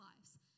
lives